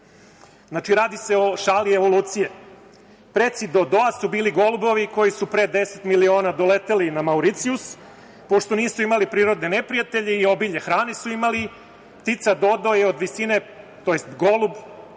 Znači radi se o šali evolucije. Preci Dodoa su bili golubovi koji su pre 10 miliona doleteli na Mauricijus. Pošto nisu imali prirodne neprijatelje i obilje hrane su imali, ptica Dodo je od visine tj. golub